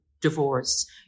divorce